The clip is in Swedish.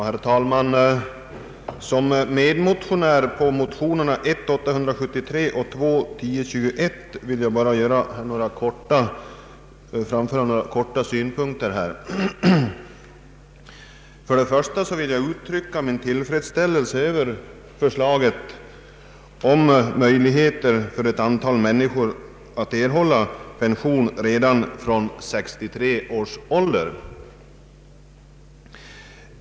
Herr talman! Som medmotionär när det gäller motionerna 1:873 och II: 1021 vill jag bara kort framföra några synpunkter. Först och främst vill jag uttrycka min tillfredsställelse över förslaget om möjligheter för ett antal människor att erhålla pension redan från 63 års ålder.